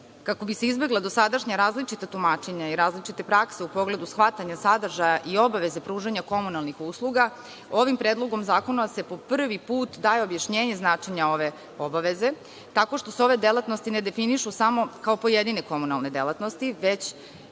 Kako bi se izbegla dosadašnja različita tumačenja i različite prakse u pogledu shvatanja sadržaja i obaveze pružanja komunalnih usluga, ovim predlogom zakona se po prvi put daje objašnjenje značenja ove obaveze tako što se ove delatnosti ne definišu samo kao pojedine komunalne delatnosti već